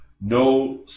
no